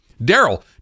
Daryl